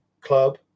club